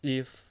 if